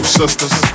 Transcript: sisters